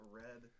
red